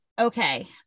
okay